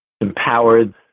empowered